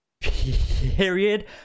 period